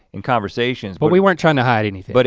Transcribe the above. in conversations. but we weren't trying to hide anything. but